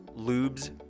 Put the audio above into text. lubes